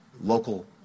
local